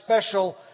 special